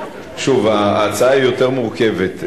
שוב, ההצעה היא יותר מורכבת.